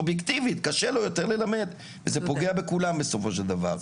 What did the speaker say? אובייקטיבית קשה לו יותר ללמד וזה פוגע בכולם בסופו של דבר.